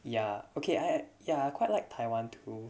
ya okay I ya I quite like taiwan too